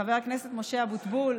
חבר הכנסת משה אבוטבול,